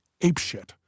apeshit